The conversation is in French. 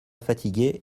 fatiguer